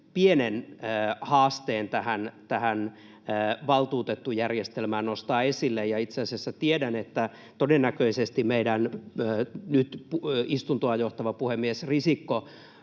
pienen haasteen tässä valtuutettujärjestelmässä nostaa esille, ja itse asiassa tiedän, että todennäköisesti meidän nyt istuntoa johtava puhemies Risikko